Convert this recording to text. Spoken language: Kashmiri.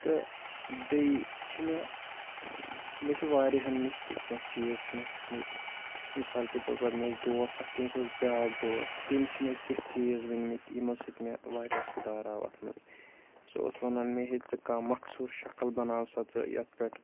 تہٕ بیٚیہِ چھِ مےٚ مےٚ چھِ واریاہَن نِش تہِ کیٚنٛہہ چیٖز چھِ مےٚ ہیٚچھمٕتۍ مِثال کے طور پَر مےٚ اوس دوس اَکھ تٔمِس اوس بیٛاکھ دوس تٔمۍ چھِ مےٚ کیٚنٛہہ چیٖز ؤنۍمٕتۍ یِمو سۭتۍ مےٚ واریاہ سُدھار آو اَتھ منٛز سُہ اوس وَنان مےٚ ہے ژٕ کانٛہہ مخصوٗص شَکٕل بَناو سا ژٕ یَتھ پٮ۪ٹھ